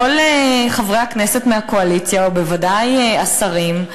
ולכן, כל חברי הכנסת מהקואליציה, ובוודאי השרים,